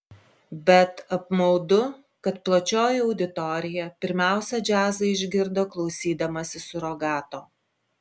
bet apmaudu kad plačioji auditorija pirmiausia džiazą išgirdo klausydamasi surogato